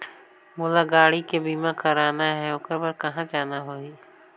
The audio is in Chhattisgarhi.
मोला गाड़ी के बीमा कराना हे ओकर बार कहा जाना होही?